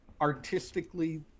artistically